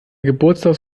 geburtstags